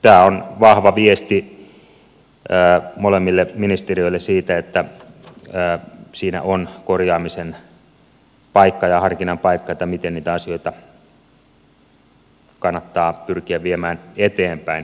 tämä on vahva viesti molemmille ministeriöille siitä että siinä on korjaamisen paikka ja harkinnan paikka miten niitä asioita kannattaa pyrkiä viemään eteenpäin